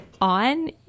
on